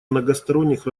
многосторонних